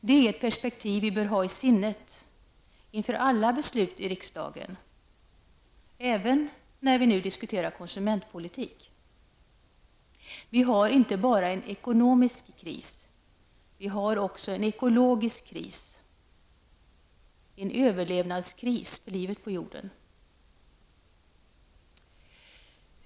Det är ett perspektiv som vi bör ha i sinnet inför alla i beslut i riksdagen, även när vi diskuterar konsumtpolitik. Vi har inte bara en ekonomisk kris, vi har också en ekologisk kris, en överlevnadskris för livet på jorden.